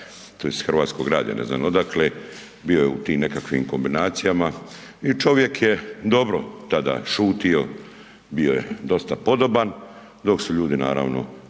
tj. sa Hrvatskog radija, ne znam odakle, bio je u tim nekakvim kombinacijama i čovjek je dobro tada šutio, bio je dosta podoban dok su ljudi naravno